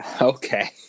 Okay